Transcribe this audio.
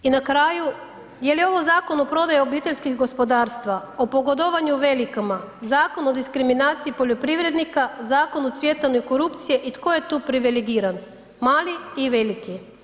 I na kraju, jeli ovaj zakon o prodaji obiteljskih gospodarstava, o pogodovanju velikim, zakon o diskriminaciji poljoprivrednika, zakon o cvjetanju korupcije i tko je tu privilegiran, mali ili veliki?